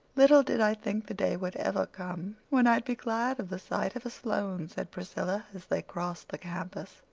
little did i think the day would ever come when i'd be glad of the sight of a sloane, said priscilla, as they crossed the campus,